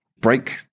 break